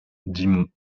dixmont